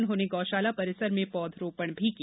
उन्होंने गौशाला परिसर में पौधरोपण भी किया